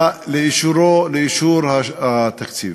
לאישור התקציב.